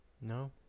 No